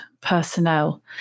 personnel